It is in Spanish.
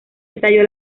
estalló